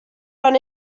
run